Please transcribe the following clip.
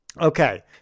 Okay